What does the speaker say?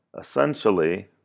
essentially